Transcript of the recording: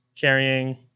carrying